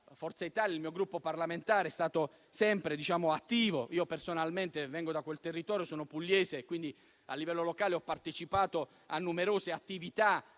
dell'Ilva, il mio Gruppo parlamentare, Forza Italia, è stato sempre attivo. Personalmente vengo da quel territorio, sono pugliese, quindi a livello locale ho partecipato a numerose attività.